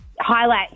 highlight